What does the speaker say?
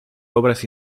obras